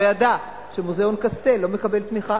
לא ידע שמוזיאון קסטל לא מקבל תמיכה.